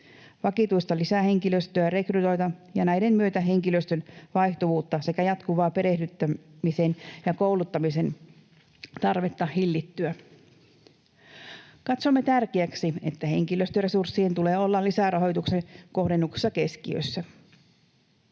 vakituista lisähenkilöstöä rekrytoida ja näiden myötä hillitä henkilöstön vaihtuvuutta sekä jatkuvaa perehdyttämisen ja kouluttamisen tarvetta. Katsomme tärkeäksi, että henkilöstöresurssien tulee olla lisärahoituksen kohdennuksessa keskiössä.